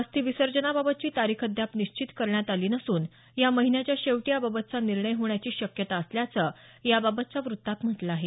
अस्थि विसर्जनाबाबतची तारीख अद्याप निश्चित करण्यात आली नसून या महिन्याच्या शेवटी याबाबतचा निर्णय होण्याची शक्यता असल्याचं याबाबतच्या व्रत्तात म्हटलं आहे